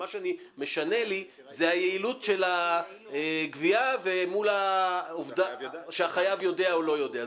מה שמשנה לי זה היעילות של הגבייה מול העובדה שהחייב יודע או לא יודע.